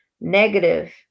negative